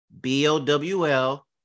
B-O-W-L